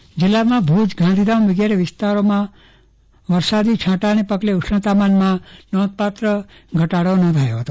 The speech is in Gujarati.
હવામાન જિલ્લામાં ભુજ ગાંધીધામ વગેરે વિસ્તારોમાં વરસાદી છાટાને પગલે ઉષ્ણતામાનમાં નોધપાત્ર ઘટાડો નોંધાયો હતો